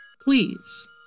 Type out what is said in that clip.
Please